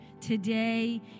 today